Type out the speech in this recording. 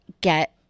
get